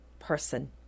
person